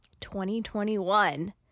2021